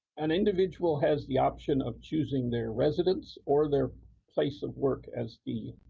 an individual has the option of choosing their residence or their place of work as the